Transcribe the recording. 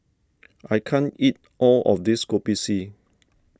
I can't eat all of this Kopi C